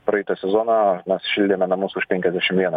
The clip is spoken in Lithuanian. praeitą sezoną šildėme namus už penkiasdešim vieną